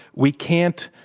we can't,